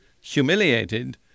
humiliated